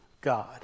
God